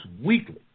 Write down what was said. weekly